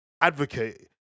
advocate